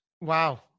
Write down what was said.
Wow